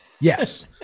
Yes